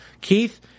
Keith